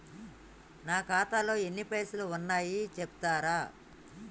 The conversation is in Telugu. నా ఖాతాలో ఎన్ని పైసలు ఉన్నాయి చెప్తరా?